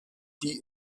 die